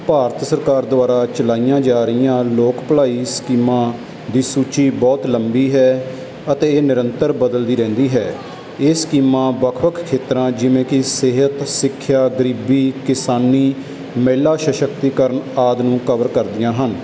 ਭਾਰਤ ਸਰਕਾਰ ਦੁਆਰਾ ਚਲਾਈਆਂ ਜਾ ਰਹੀਆਂ ਲੋਕ ਭਲਾਈ ਸਕੀਮਾਂ ਦੀ ਸੂਚੀ ਬਹੁਤ ਲੰਬੀ ਹੈ ਅਤੇ ਇਹ ਨਿਰੰਤਰ ਬਦਲਦੀ ਰਹਿੰਦੀ ਹੈ ਇਹ ਸਕੀਮਾਂ ਵੱਖ ਵੱਖ ਖੇਤਰਾਂ ਜਿਵੇਂ ਕਿ ਸਿਹਤ ਸਿੱਖਿਆ ਗਰੀਬੀ ਕਿਸਾਨੀ ਮਹਿਲਾ ਸਸ਼ਕਤੀਕਰਨ ਆਦਿ ਨੂੰ ਕਵਰ ਕਰਦੀਆਂ ਹਨ